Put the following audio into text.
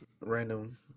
Random